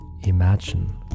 Imagine